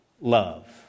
love